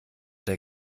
der